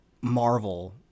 marvel